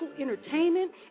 entertainment